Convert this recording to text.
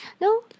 no